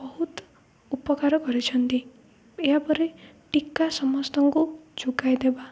ବହୁତ ଉପକାର କରିଛନ୍ତି ଏହାପରେ ଟୀକା ସମସ୍ତଙ୍କୁ ଯୋଗାଇଦେବା